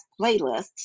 playlists